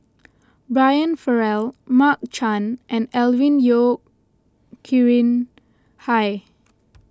Brian Farrell Mark Chan and Alvin Yeo Khirn Hai